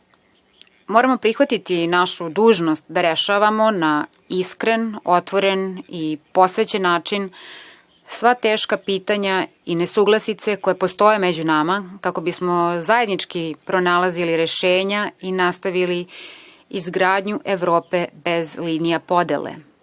dele. Moramo prihvatiti našu dužnost da rešavamo na iskren, otvoren i posvećen način sva teška pitanja i nesuglasice koje postoje među nama kako bismo zajednički pronalazili rešenja i nastavili izgradnju Evrope bez linija podele.